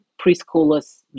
preschoolers